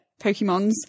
Pokemons